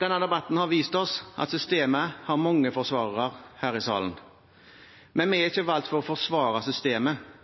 Denne debatten har vist oss at systemet har mange forsvarere her i salen. Men vi er ikke valgt for å forsvare systemet,